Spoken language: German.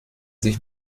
sich